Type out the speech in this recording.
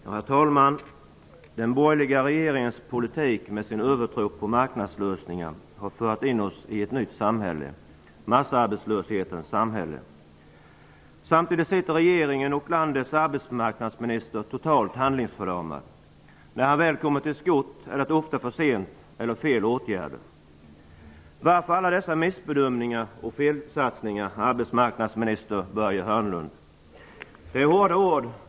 Herr talman! Den borgerliga regeringens politik med sin övertro på marknadslösningar har fört in oss i ett nytt samhälle -- massarbetslöshetens samhälle. Samtidigt sitter regeringen och landets arbetsmarknadsminister totalt handlingsförlamade. När ministern väl kommer till skott är det ofta för sent eller fel åtgärder. Varför alla dessa missbedömningar och felsatsningar, arbetsmarknadsminister Börje Hörnlund? Det är hårda ord.